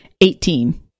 Eighteen